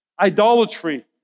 idolatry